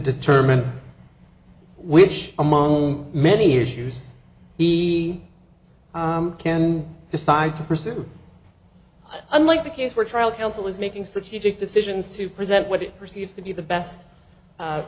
determine which among many issues he can decide to pursue unlike the case where trial counsel is making strategic decisions to present what it perceives to be the best